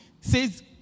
says